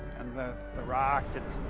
and the the rockets